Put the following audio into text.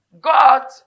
God